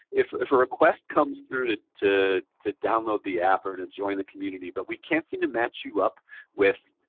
if if a request comes through to to download the app or to join the community, but we can't seem to match you up with